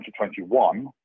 2021